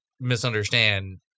misunderstand